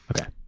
Okay